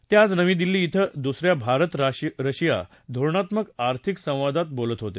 ते आज नवी दिल्ली कें दुस या भारत रशिया धोरणात्मक आर्थिक सवादात बोलत होते